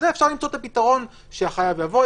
אז לזה אפשר למצוא את הפתרון שהחייב יבוא,